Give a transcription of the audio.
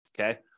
okay